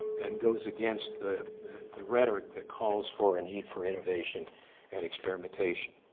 and goes against the the rhetoric that calls for a need for innovation and experimentation.